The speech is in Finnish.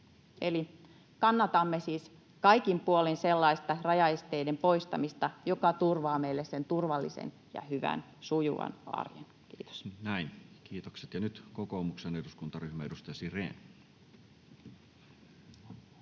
Eli kannatamme siis kaikin puolin sellaista rajaesteiden poistamista, joka turvaa meille sen turvallisen ja hyvän, sujuvan arjen. — Kiitos. Näin. Kiitokset. — Ja nyt kokoomuksen eduskuntaryhmä, edustaja Sirén.